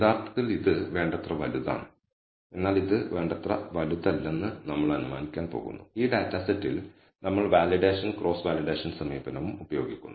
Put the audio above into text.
യഥാർത്ഥത്തിൽ ഇത് വേണ്ടത്ര വലുതാണ് എന്നാൽ ഇത് വേണ്ടത്ര വലുതല്ലെന്ന് നമ്മൾ അനുമാനിക്കാൻ പോകുന്നു ഈ ഡാറ്റാ സെറ്റിൽ നമ്മൾ വാലിഡേഷൻ ക്രോസ് വാലിഡേഷൻ സമീപനവും ഉപയോഗിക്കുന്നു